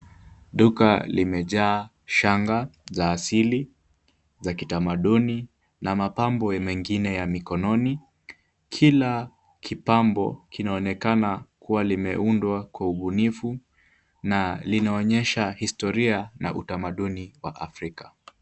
Duka limejaa shanga za asili za kitamaduni na mapambo mengine ya mikononi. Kila kipambo kinaonekana kuwa limeundwa kwa ubunifu na linaonyesha historia na utamaduni wa Afrika.